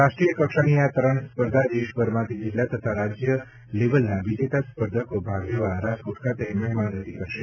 રાષ્ટ્રીયકક્ષાની આ તરણ સ્પર્ધા દેશભરમાંથી જિલ્લા તથા રાજ્ય લેવલના વિજેતા સ્પર્ધકો ભાગ લેવા રાજકોટ ખાતે મહેમાન ગતી કરશે